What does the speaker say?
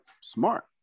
smart